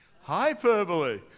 Hyperbole